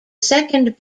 second